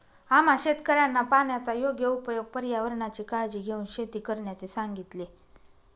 आम्हा शेतकऱ्यांना पाण्याचा योग्य उपयोग, पर्यावरणाची काळजी घेऊन शेती करण्याचे सांगितले